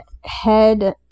head